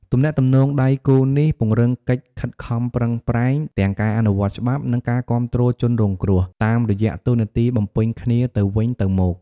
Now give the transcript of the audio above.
ទំនាក់ទំនងដៃគូនេះពង្រឹងកិច្ចខិតខំប្រឹងប្រែងទាំងការអនុវត្តច្បាប់ និងការគាំទ្រជនរងគ្រោះ តាមរយៈតួនាទីបំពេញគ្នាទៅវិញទៅមក។